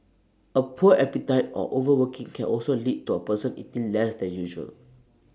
A poor appetite or overworking can also lead to A person eating less than usual